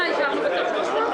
בשעה 12:35